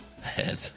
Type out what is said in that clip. head